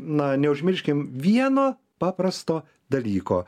na neužmirškim vieno paprasto dalyko